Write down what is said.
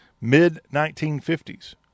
mid-1950s